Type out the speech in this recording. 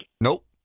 Nope